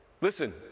Listen